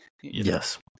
Yes